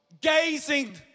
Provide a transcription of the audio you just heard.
gazing